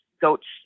goats